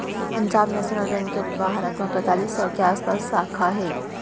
Punjab national bank के भारत म पैतालीस सौ के आसपास साखा हे